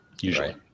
usually